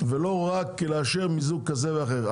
ולא רק לאשר מיזוג כזה ואחר.